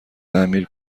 تعمیر